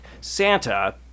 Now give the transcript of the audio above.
santa